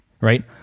right